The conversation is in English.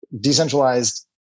decentralized